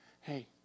hey